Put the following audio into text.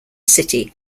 city